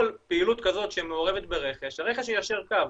כל פעילות כזאת שמעורבת ברכש, הרכש יישר קו.